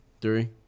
Three